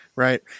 Right